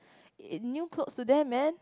it new clothes to them man